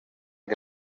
que